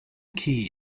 key